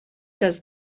does